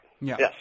yes